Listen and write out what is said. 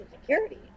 security